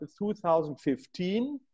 2015